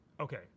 Okay